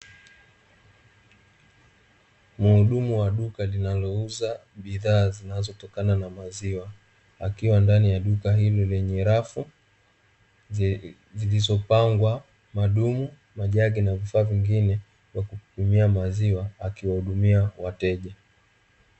Muhudumu wa duka linalouza bidhaa zinazotokana na maziwa, akiwa ndani ya duka hilo lenye rafu zilizopangwa madumu na jagi na vifaa vingine, vya kupimia maziwa akiwahudumia wateja.